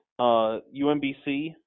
UMBC